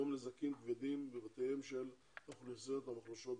נזקים כבדים בבתיהם של האוכלוסיות המוחלשות ביותר.